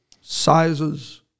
sizes